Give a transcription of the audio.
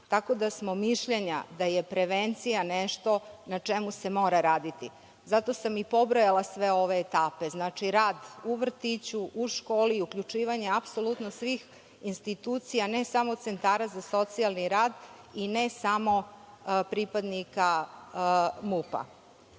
Tako da smo mišljenja da je prevencija nešto na čemu se mora raditi. Zato sam i pobrojala sve ove etape, znači, rad u vrtiću, u školi, uključivanje apsolutno svih institucija ne samo centara za socijalni rad, i ne samo pripadnika